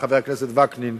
חבר הכנסת וקנין,